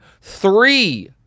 Three